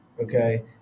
Okay